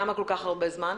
למה כל כך הרבה זמן?